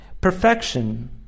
perfection